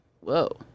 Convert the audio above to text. whoa